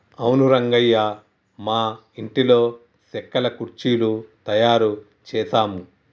అవును రంగయ్య మా ఇంటిలో సెక్కల కుర్చీలు తయారు చేసాము